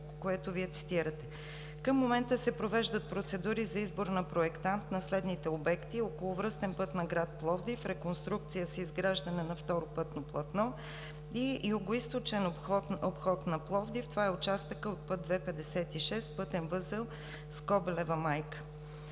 Към момента се провеждат процедури за избор на проектант на следните обекти: околовръстен път на град Пловдив, реконструкция с изграждане на второ пътно платно и югоизточен обход на Пловдив. Това е участъкът от път ІІ-56 – „Скобелева майка“.